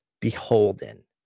beholden